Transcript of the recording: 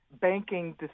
banking